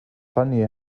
funny